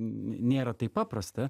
nėra taip paprasta